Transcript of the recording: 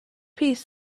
piece